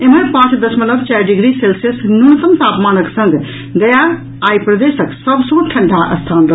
एम्हर पांच दशमलव चारि डिग्री सेल्सियस न्यूनतम तापमानक संग गया आई प्रदेशक सभ सँ ठंढ़ा स्थान रहल